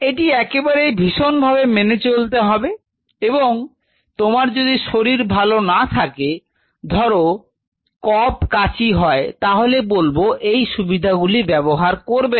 এটি একেবারেই ভীষণ ভাবে মেনে চলতে হবে এবং তোমার যদি শরীর ভালো না থাকে ধরো কফ কাশি হয় তাহলে বলব যে এই সুবিধা গুলি ব্যবহার করবে না